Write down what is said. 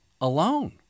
alone